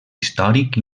històric